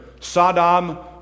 Saddam